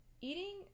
eating